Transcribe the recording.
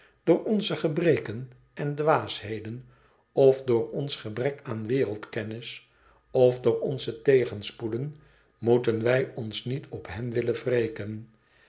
door onze gebreken en dwaasheden of door ons gebrek aan wereldkennis of door onze tegenspoeden moeten wij ons niet op hen willen wreken